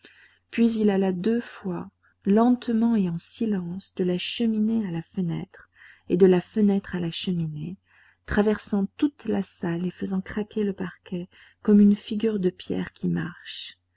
puis il alla deux fois lentement et en silence de la cheminée à la fenêtre et de la fenêtre à la cheminée traversant toute la salle et faisant craquer le parquet comme une figure de pierre qui marche